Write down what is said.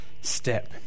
step